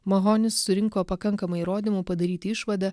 mahonis surinko pakankamai įrodymų padaryt išvadą